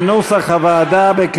כהצעת הוועדה,